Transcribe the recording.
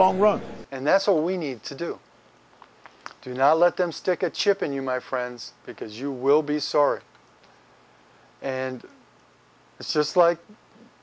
long run and that's all we need to do do not let them stick a chip in you my friends because you will be sorry and it's just like